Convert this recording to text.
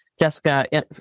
Jessica